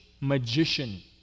magician